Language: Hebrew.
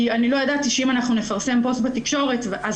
כי לא ידעתי שאם נפרסם פוסט בתקשורת אז